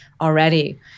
already